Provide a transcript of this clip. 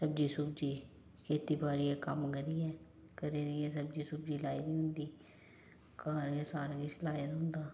सब्ज़ी सुब्ज़ी खेतीबाड़ी दा कम्म करियै घरै दी एह् सब्ज़ी सुब्ज़ी लाई दी होंदी घर गै सारा किश लाए दा होंदा